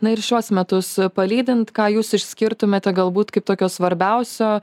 na ir šiuos metus palydint ką jūs išskirtumėte galbūt kaip tokio svarbiausio